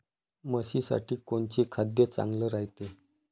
म्हशीसाठी कोनचे खाद्य चांगलं रायते?